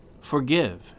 Forgive